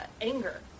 anger